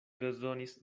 bezonis